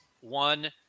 one